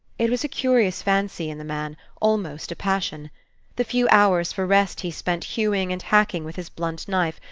it was a curious fancy in the man, almost a passion the few hours for rest he spent hewing and hacking with his blunt knife,